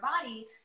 body